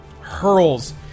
hurls